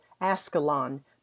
Ascalon